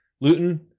luton